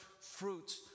fruits